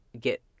get